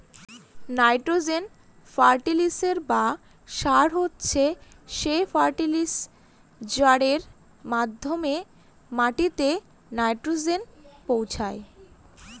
nitrogen ফার্টিলিসের বা সার হচ্ছে সে ফার্টিলাইজারের মাধ্যমে মাটিতে নাইট্রোজেন পৌঁছায়